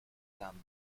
dame